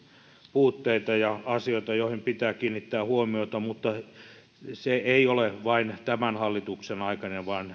puutteita ja asioita joihin pitää kiinnittää huomiota mutta se ei ole vain tämän hallituksen aikainen vaan